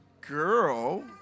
girl